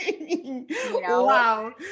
Wow